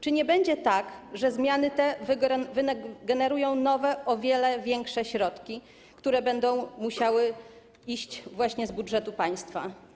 Czy nie będzie tak, że te zmiany wygenerują nowe, o wiele większe środki, które będą musiały iść właśnie z budżetu państwa?